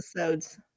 episodes